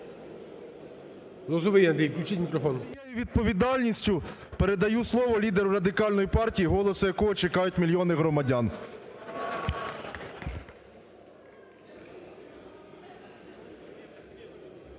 відповідальністю передаю слово лідеру Радикальної партії, голос якого чекають мільйони громадян.